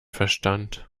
verstand